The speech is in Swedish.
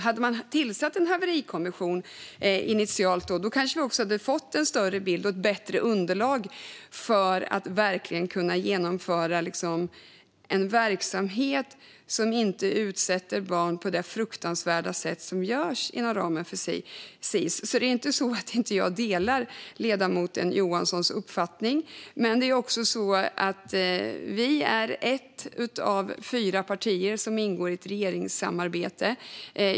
Hade man tillsatt en haverikommission initialt kanske vi också hade fått en större bild och ett bättre underlag för att verkligen kunna genomföra en verksamhet som inte utsätter barn på det fruktansvärda sätt som sker inom ramen för Sis. Det är alltså inte så att jag inte delar ledamoten Johanssons uppfattning. Men det är också så att vi är ett av fyra partier som ingår i ett regeringssamarbete.